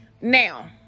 Now